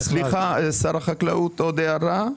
סליחה, שר החקלאות, עוד הערה.